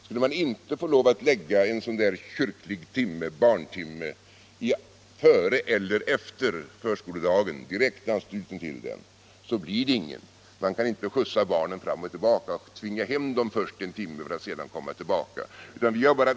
Skulle man inte få lägga en kyrklig barntimme före eller efter förskoledagen i direkt anslutning till denna så blir det ingen sådan timme. Man kan inte skjutsa barnen fram och tillbaka och tvinga dem hem en timme först för att sedan komma tillbaka.